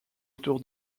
autour